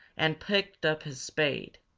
and picked up his spade.